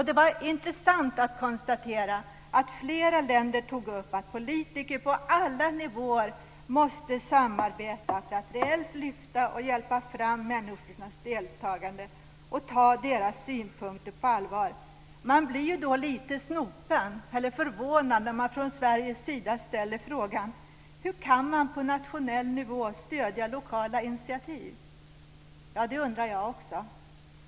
Det var intressant att konstatera att flera länder tog upp att politiker på alla nivåer måste samarbeta för att reellt lyfta och hjälpa fram människornas deltagande och ta deras synpunkter på allvar. Då blir man lite snopen eller förvånad när det från Sveriges sida ställs frågan: Hur kan man på nationell nivå stödja lokala initiativ? Det undrar jag också.